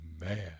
man